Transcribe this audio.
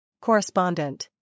Correspondent